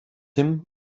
him